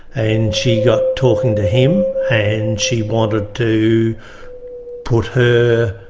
and she got talking to him and she wanted to put her,